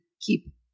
keep